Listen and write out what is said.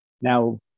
Now